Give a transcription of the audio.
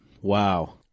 Wow